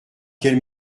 quel